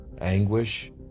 anguish